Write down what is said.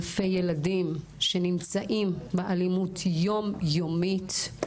אלפי ילדים שנמצאים באלימות יומיומית.